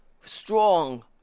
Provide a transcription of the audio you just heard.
Strong